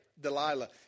Delilah